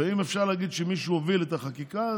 אם אפשר להגיד שמישהו הוביל את החקיקה,